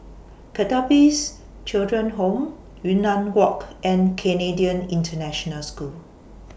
Pertapis Children Home Yunnan Walk and Canadian International School